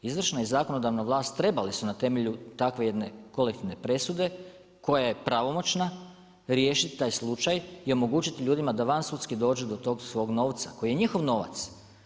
Izvršna i zakonodavna vlast trebali su na temelju takve jedne kolektivne presude koja je pravomoćna riješiti taj slučaj i omogućiti ljudima da van sudski dođu do tog svog novca, koji je njihov novac.